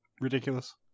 ridiculous